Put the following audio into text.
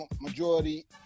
majority